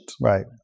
Right